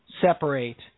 separate